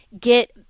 get –